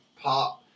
pop